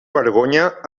vergonya